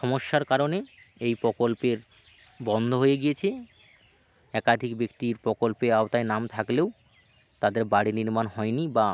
সমস্যার কারণেই এই প্রকল্পের বন্ধ হয়ে গিয়েছে একাধিক ব্যক্তির প্রকল্পের আওতায় নাম থাকলেও তাদের বাড়ি নির্মাণ হয় নি বা